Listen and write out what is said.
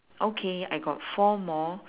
okay I got four more